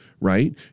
right